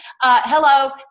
Hello